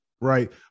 right